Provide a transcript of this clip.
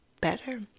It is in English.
better